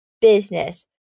business